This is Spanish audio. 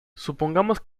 supongamos